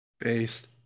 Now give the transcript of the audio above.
Based